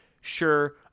Sure